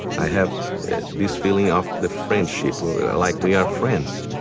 i have this feeling of the friendship, like we are friends